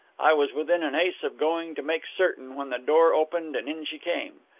i was within an ace of going to make certain, when the door opened and in she came.